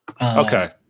Okay